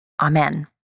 Amen